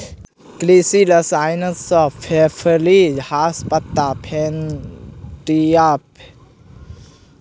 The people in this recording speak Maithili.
कृषि रसायन सॅ फुफरी, घास पात, फतिंगा, पिलुआ इत्यादिके नष्ट कयल जाइत छै